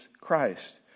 Christ